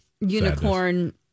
Unicorn